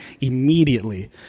immediately